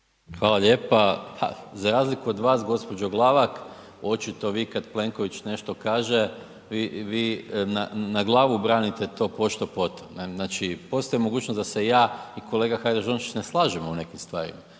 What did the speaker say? Hvala lijepa. Ha, za razliku od vas gđo. Glavak, očito vi kad Plenković nešto kaže, vi, vi na glavu branite to pošto poto. Znači, postoji mogućnost da se ja i kolega Hajdaš Dončić ne slažemo u nekim stvarima,